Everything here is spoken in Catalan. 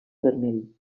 vermell